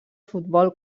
futbol